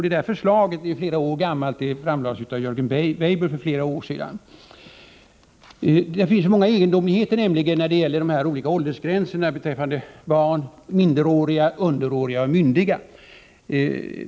Det förslaget framlades för flera år sedan av Jörgen Weibull. Det finns många egendomligheter när det gäller olika åldersgränser för barn: minderårig, underårig och myndig.